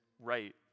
right